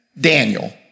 Daniel